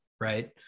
right